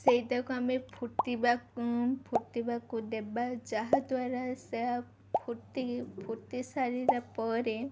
ସେଇଟାକୁ ଆମେ ଫୁଟିବାକୁ ଫୁଟିବାକୁ ଦେବା ଯାହାଦ୍ୱାରା ସେ ଫୁଟି ଫୁଟି ସାରିଲା ପରେ